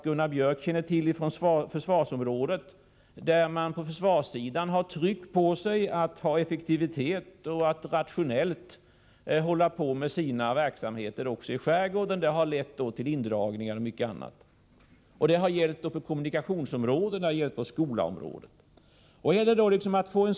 Gunnar Björk känner till hur det är på försvarsområdet, där man har ett tryck på sig att uppnå effektivitet och att rationellt bedriva sin verksamhet även i skärgården, vilket har lett till indragningar m.m. Detta gäller också kommunikationsoch skolområdena.